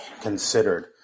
considered